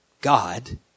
God